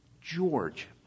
George